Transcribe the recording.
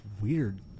weird